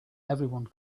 everyone